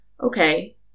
Okay